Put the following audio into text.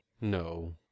No